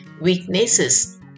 weaknesses